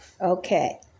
Okay